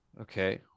Okay